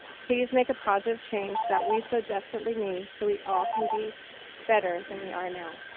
please make a positive change that we so desperately need so we all can be better than we are now.